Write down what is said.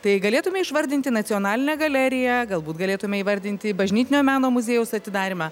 tai galėtume išvardinti nacionalinę galeriją galbūt galėtume įvardinti bažnytinio meno muziejaus atidarymą